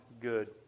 good